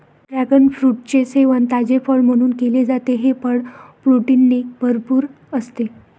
dragon फ्रूटचे सेवन ताजे फळ म्हणून केले जाते, हे फळ प्रोटीनने भरपूर असते